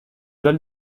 val